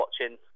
watching